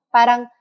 Parang